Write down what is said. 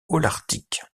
holarctique